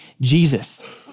Jesus